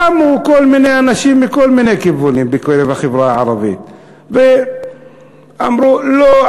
קמו כל מיני אנשים מכל מיני כיוונים בחברה הערבית ואמרו: לא,